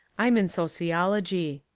i'm in sociology.